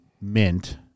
Mint